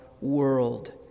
world